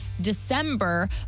December